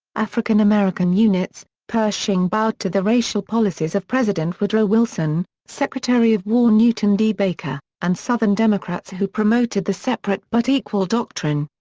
african-american units pershing bowed to the racial policies of president woodrow wilson, secretary of war newton d. baker, and southern democrats who promoted the separate but equal doctrine.